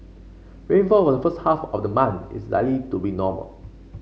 rainfall were the first half of the month is likely to be normal